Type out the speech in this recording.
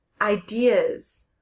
ideas